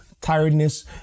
tiredness